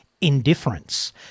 indifference